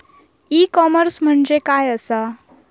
E commerce म्हणजे काय असा?